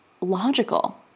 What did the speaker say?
logical